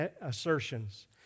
assertions